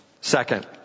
Second